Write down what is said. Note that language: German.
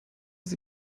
sie